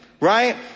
right